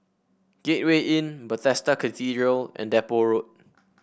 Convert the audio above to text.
Gateway Inn Bethesda Cathedral and Depot Road